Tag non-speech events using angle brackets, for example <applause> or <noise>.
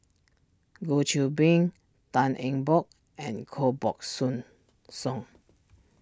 Goh Qiu Bin Tan Eng Bock and Koh Buck <unintelligible> Song